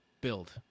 build